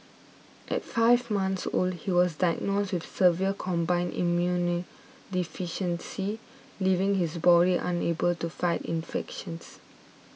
at five months old he was diagnosed with severe combined immunodeficiency leaving his body unable to fight infections